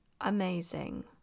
amazing